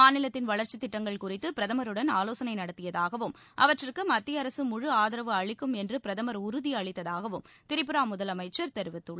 மாநிலத்தின் வளர்ச்சி திட்டங்கள் குறித்து பிரதமருடன் ஆவோசனை நடத்தியதாகவும் அவற்றுக்கு மத்திய அரசு முழு ஆதரவு அளிக்கும் என்று பிரதமர் உறுதி அளித்ததாகவும் திரிபுரா முதலமைச்சர் தெரிவித்துள்ளார்